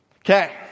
Okay